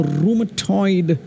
rheumatoid